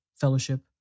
fellowship